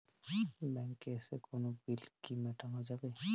ব্যাংকে এসে কোনো বিল কি মেটানো যাবে?